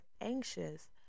anxious